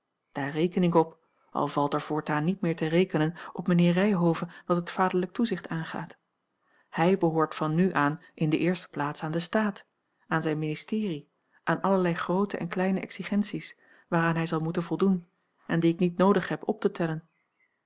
daar reken ik op al valt er voortaan niet meer te rekenen op mijnheer ryhove wat het vaderlijk toezicht aangaat hij behoort van nu aan in de eerste plaats aan den staat aan zijn ministerie aan allerlei groote en kleine exigenties waaraan hij zal moeten voldoen en die ik niet noodig heb op te tellen